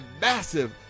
massive